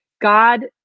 God